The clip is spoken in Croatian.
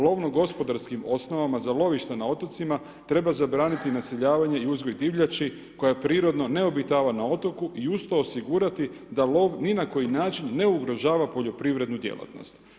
Lovno gospodarskim osnovama, za lovište na otocima, treba zabraniti naseljavanje i uzgoj divljači, koja prirodno ne obitava na otoku i usto osigurati da lov ni na koji način ne ugražava poljoprivrednu djelatnost.